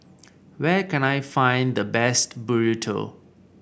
where can I find the best Burrito